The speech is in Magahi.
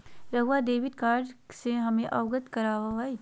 रहुआ डेबिट कार्ड से हमें अवगत करवाआई?